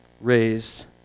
raised